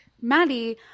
Maddie